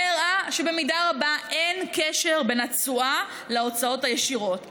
והראה שבמידה רבה אין קשר בין התשואה להוצאות הישירות.